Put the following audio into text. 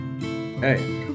Hey